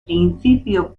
principio